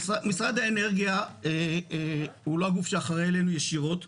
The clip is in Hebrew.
משרד האנרגיה הוא לא הגוף שאחראי עלינו ישירות,